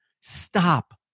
stop